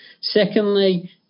Secondly